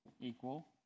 equal